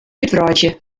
útwreidzje